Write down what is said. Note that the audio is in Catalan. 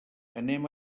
anem